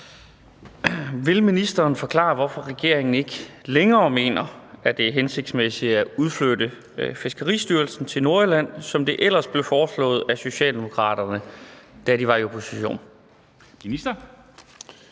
Vil ministeren forklare, hvorfor regeringen ikke længere mener, at det er hensigtsmæssigt at udflytte Fiskeristyrelsen til Nordjylland, som det ellers blev foreslået af Socialdemokraterne, da de var i opposition?